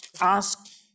ask